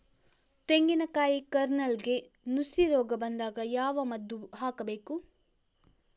ತೆಂಗಿನ ಕಾಯಿ ಕಾರ್ನೆಲ್ಗೆ ನುಸಿ ರೋಗ ಬಂದಾಗ ಯಾವ ಮದ್ದು ಹಾಕಬೇಕು?